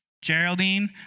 Geraldine